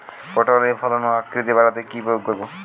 পটলের ফলন ও আকৃতি বাড়াতে কি প্রয়োগ করব?